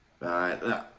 Right